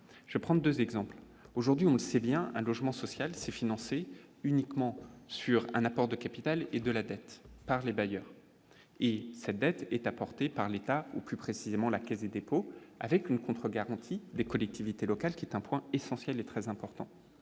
je prends 2 exemples, aujourd'hui, on le sait bien, un logement social c'est financé uniquement sur un apport de capital et de la tête par les bailleurs et cette dette est apportée par l'État, plus précisément, la Caisse des dépôts, avec une contre-garantie, les collectivités locales, qui est un point essentiel est très important,